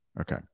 okay